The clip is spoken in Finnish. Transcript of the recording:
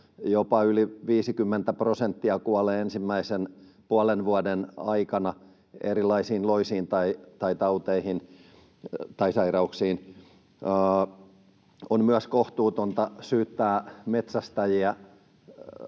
jopa yli 50 prosenttia kuolee ensimmäisen puolen vuoden aikana erilaisiin loisiin tai tauteihin tai sairauksiin. On myös kohtuutonta syyttää metsästäjiä